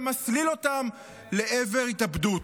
שמסליל אותם לעבר התאבדות.